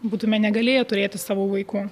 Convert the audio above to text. būtume negalėję turėti savo vaikų